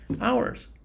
hours